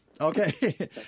Okay